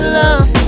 love